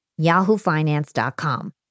yahoofinance.com